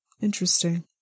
Interesting